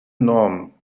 normen